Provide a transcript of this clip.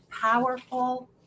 powerful